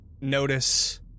notice